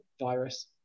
virus